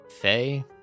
Faye